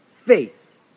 faith